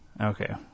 okay